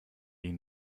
die